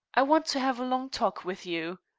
i want to have a long talk with you.